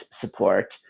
support